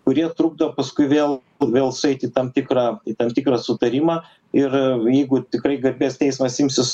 kurie trukdo paskui vėl vėl sueiti į tam tikrą į tam tikrą sutarimą ir jeigu tikrai garbės teismas imsis